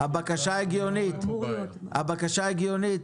הבקשה הגיונית.